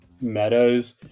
meadows